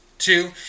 Two